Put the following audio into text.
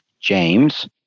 James